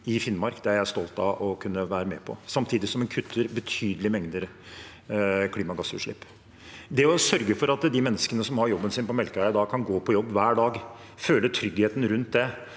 er jeg stolt av å kunne være med på – samtidig som en kutter betydelige mengder klimagassutslipp. Det å sørge for at de menneskene som har jobben sin på Melkøya i dag, kan gå på jobb hver dag, føle tryggheten rundt det,